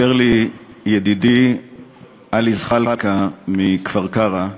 סיפר לי ידידי עלי זחאלקה מכפר-קרע,